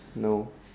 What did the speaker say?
no